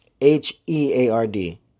H-E-A-R-D